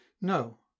No